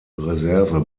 reserve